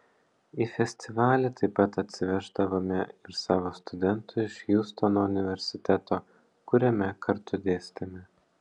į festivalį taip pat atsiveždavome ir savo studentų iš hjustono universiteto kuriame kartu dėstėme